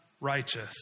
righteous